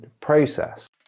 process